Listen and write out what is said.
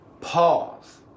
pause